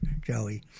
Joey